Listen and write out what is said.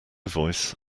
voice